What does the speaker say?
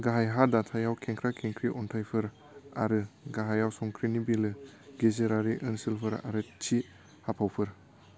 गाहाय हा दाथायाव खेंख्रा खेंख्रि अन्थाइफोर आरो गाहायाव संख्रिनि बिलो गेजेरारि ओनसोलफोर आरो थि हाफावफोर